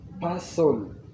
person